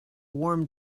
warm